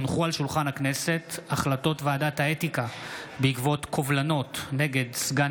הונחו על שולחן הכנסת החלטות ועדת האתיקה בקובלנות נגד סגן